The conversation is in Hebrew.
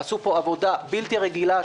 עשו פה עבודה בלתי רגילה,